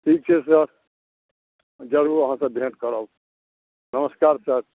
ठीक छै सर जरुर अहाँसँ भेट करब नमस्कार सर